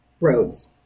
roads